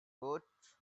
woot